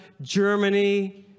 Germany